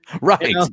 Right